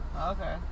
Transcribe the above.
Okay